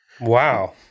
Wow